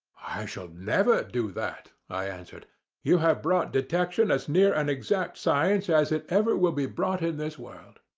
i shall never do that, i answered you have brought detection as near an exact science as it ever will be brought in this world.